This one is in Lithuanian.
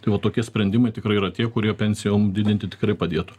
tai va tokie sprendimai tikrai yra tie kurie pensijom didinti tikrai padėtų